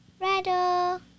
rattle